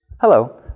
Hello